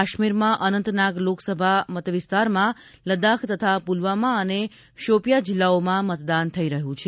કાશ્મીરમાં અનંતનાગ લોકસભા મતવિસ્તારમાં લદ્દાખ તથા પુલવામા અને શોપીયાં જિલ્લાઓમાં મતદાન થઈ રહ્યું છે